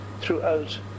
throughout